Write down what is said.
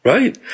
Right